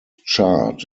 chart